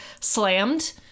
slammed